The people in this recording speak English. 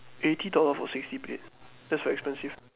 eighty dollar for sixty plate that's very expensive